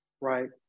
right